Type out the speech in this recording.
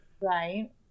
Right